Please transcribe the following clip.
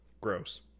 gross